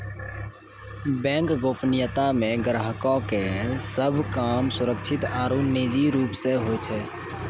bank गोपनीयता मे ग्राहको के सभ काम सुरक्षित आरु निजी रूप से होय छै